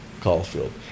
Caulfield